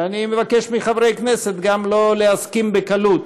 ואני מבקש מחברי הכנסת גם לא להסכים בקלות